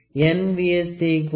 n V